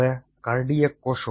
હવે કાર્ડિયાક કોષો